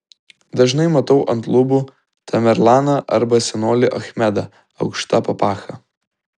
dažnai matau ant lubų tamerlaną arba senolį achmedą aukšta papacha